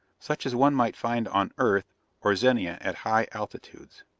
such as one might find on earth or zenia at high altitudes.